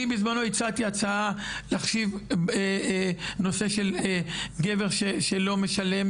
אני בזמנו הצעתי הצעה להחשיב נושא של גבר שלא משלם